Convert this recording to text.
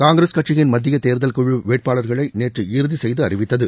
காங்கிரஸ் கட்சியின் மத்திய தேர்தல் குழு வேட்பாளர்களை நேற்று இறுதி செய்து அறிவித்தது